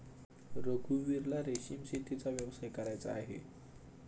रघुवीरला रेशीम शेतीचा व्यवसाय करायचा आहे